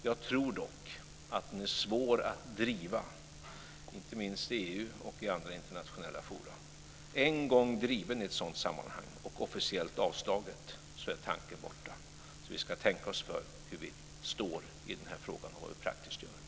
Jag tror dock att den är svår att driva, inte minst i EU och i andra internationella forum. En gång driven i ett sådant sammanhang och officiellt avböjd är tanken borta. Vi ska därför tänka oss för i den här frågan när det gäller hur vi står och vad vi praktiskt ska göra.